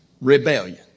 rebellion